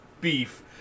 beef